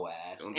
ass